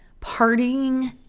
partying